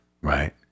right